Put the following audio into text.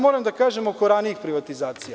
Moram da kažem oko ranijih privatizacija.